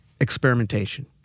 experimentation